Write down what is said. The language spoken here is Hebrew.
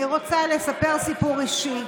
אני רוצה לספר סיפור אישי.